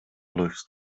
läufst